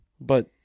But-